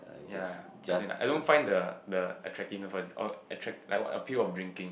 yea as in I don't find the the attractiveness for or attract like what appeal of drinking